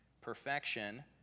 perfection